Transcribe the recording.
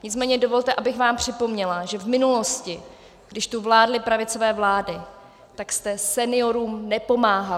Nicméně dovolte, abych vám připomněla, že v minulosti, když tu vládly pravicové vlády, tak jste seniorům nepomáhali.